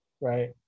Right